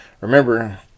remember